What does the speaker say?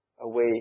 away